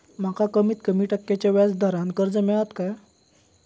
माका कमीत कमी टक्क्याच्या व्याज दरान कर्ज मेलात काय?